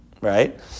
right